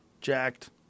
Jacked